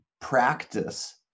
practice